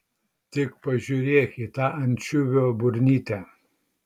tik pažiūrėk į tą ančiuvio burnytę